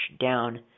down